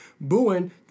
booing